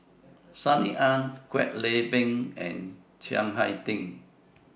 Sunny Ang Kwek Leng Beng and Chiang Hai Ding